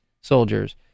soldiers